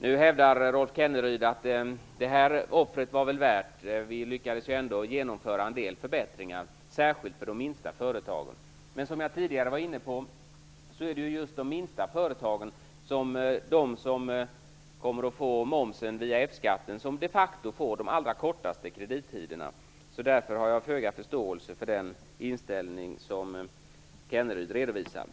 Nu hävdar Rolf Kenneryd att detta offer var väl värt och att man ändå lyckades genomföra en del förbättringar, särskilt för de minsta företagen. Men som jag tidigare var inne på är det ju just de minsta företagen, vilka kommer att få betala momsen via F skatten, som de facto får de allra kortaste kredittiderna. Därför har jag föga förståelse för den inställning som Kenneryd redovisar.